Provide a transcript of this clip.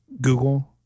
Google